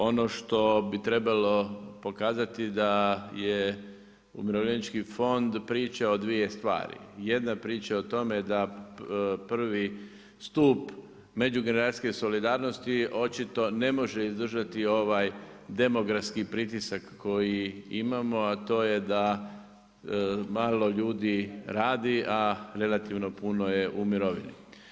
Ono što bi trebalo pokazati da je Umirovljenički fond priča o dvije stvari, jedna priča je o tome da prvi stup međugeneracijske solidarnosti očito ne može izdržati ovaj demografski pritisak koji imamo, a to je da malo ljudi radi, a relativno puno je u mirovini.